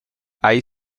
hay